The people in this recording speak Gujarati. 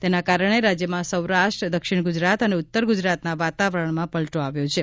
તેના કારણે રાજ્યમાં સૌરાષ્ટ્ર દક્ષિણ ગુજરાત અને ઉત્તર ગુજરાતના વાતાવરણમાં પલટો આવ્યો છે